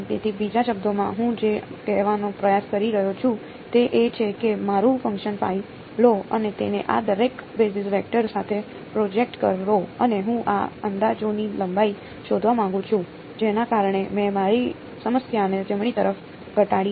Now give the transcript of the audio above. તેથી બીજા શબ્દોમાં હું જે કહેવાનો પ્રયાસ કરી રહ્યો છું તે એ છે કે મારું ફંકશન લો અને તેને આ દરેક બેઝિક વેક્ટર સાથે પ્રોજેક્ટ કરો અને હું આ અંદાજોની લંબાઈ શોધવા માંગુ છું જેના કારણે મેં મારી સમસ્યાને જમણી તરફ ઘટાડી છે